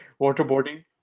waterboarding